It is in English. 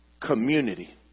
Community